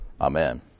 Amen